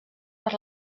per